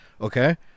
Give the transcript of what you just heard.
Okay